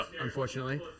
unfortunately